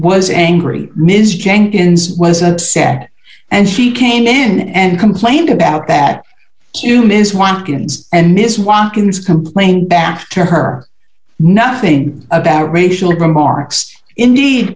was angry ms jenkins was upset and he came in and complained about that q ms watkins and ms watkins complained back to her nothing about racial remarks indeed